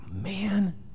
man